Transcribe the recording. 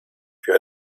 für